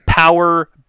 Power